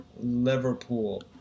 Liverpool